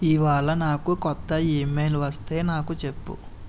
ఇవాళ నాకు కొత్త ఇమెయిల్ వస్తే నాకు చెప్పు